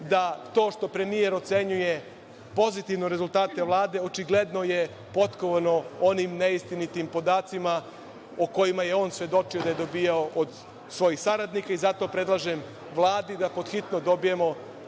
da to što premijer ocenjuje pozitivno rezultate Vlade, očigledno je potkovano onim neistinitim podacima o kojima je on svedočio da je dobijao od svojih saradnika i zato predlažem Vladi da pod hitno dobijemo